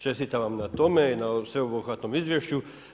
Čestitam vam na tome i na sveobuhvatnom izvješću.